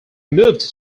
moved